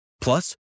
Plus